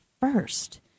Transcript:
first